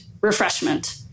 refreshment